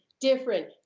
different